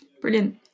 Brilliant